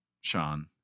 Sean